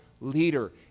leader